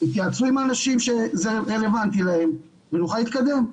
יתייעצו עם האנשים שזה רלוונטי להם ונוכל להתקדם.